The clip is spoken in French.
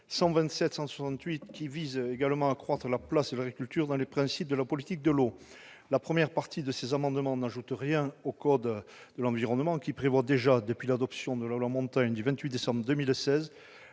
et 168 rectifié visent à accroître la place de l'agriculture au regard des principes de la politique de l'eau. La première partie de ces amendements n'ajoute rien au code de l'environnement, qui prévoit déjà, depuis l'adoption de la loi Montagne du 28 décembre 2016,